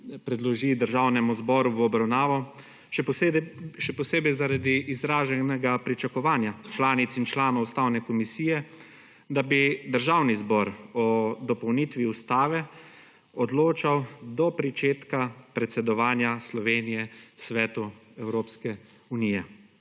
predloži Državnemu zboru v obravnavo, še posebej zaradi izraženega pričakovanja članic in članov Ustavne komisije, da bi Državni zbor o dopolnitvi ustave odločal do pričetka predsedovanja Slovenije svetu Evropske unije.